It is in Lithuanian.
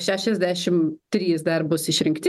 šešiasdešim trys dar bus išrinkti